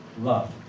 love